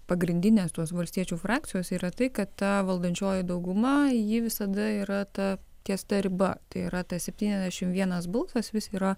pagrindinė tos valstiečių frakcijos yra tai kad ta valdančioji dauguma ji visada yra ta ties ta riba tai yra tas septyniasdešim vienas balsas vis yra